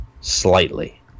Slightly